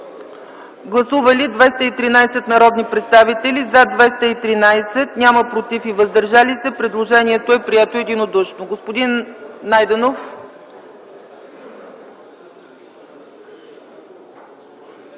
Гласували 213 народни представители: за 213, против и въздържали се няма. Предложението е прието единодушно. Господин Найденов,